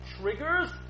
triggers